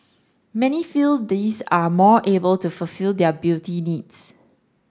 many feel these are more able to fulfil their beauty needs